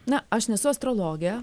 na aš nesu astrologė